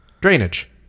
drainage